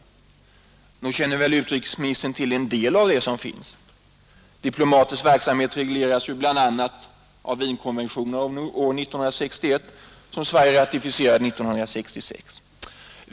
Nog känner väl utrikesministern till en del av det som finns. Diplomaters verksamhet regleras bl.a. av Wienkonventionen av år 1961 som Sverige ratificerade 1966.